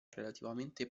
relativamente